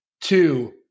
two